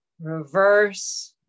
Reverse